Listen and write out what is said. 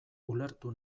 ulertu